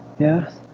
yes,